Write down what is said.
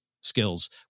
skills